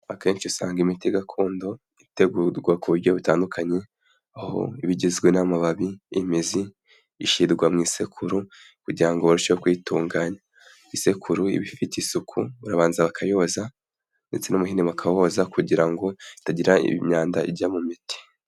Akenshi usanga imiti gakondo itegurwa ku buryo butandukanye, aho iba igizwe n'amababi, imizi ishyirwa mu isekuru kugira ngo barusheho kuyitunganya, isekuru iba ifite isuku barabanza bakayiyoza ndetse n'umuhini bakawoza kugira ngo itagira imyanda ijya mu miti.